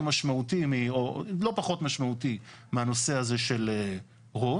משמעותי או לא פחות משמעותי מהנושא הזה של רוב.